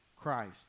Christ